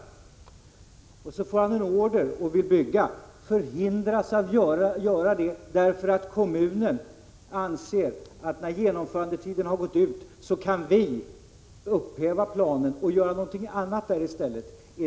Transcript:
Han får en order och vill bygga — och hindras att göra det därför att kommunen anser att när genomförandetiden har gått ut kan kommunen upphäva planen och göra någonting annat där i stället.